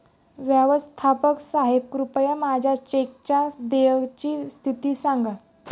व्यवस्थापक साहेब कृपया माझ्या चेकच्या देयची स्थिती सांगा